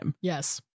Yes